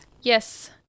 yes